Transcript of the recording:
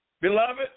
Beloved